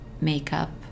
makeup